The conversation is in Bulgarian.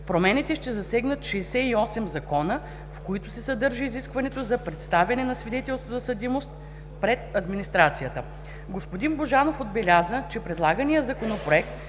Промените ще засегнат 68 закона, в които се съдържа изискването за представяне на свидетелство за съдимост пред администрацията. Господин Божанов отбеляза, че предлаганият Законопроект